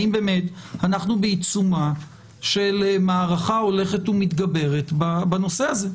האם באמת אנחנו בעיצומה של מערכה הולכת ומתגברת בנושא הזה.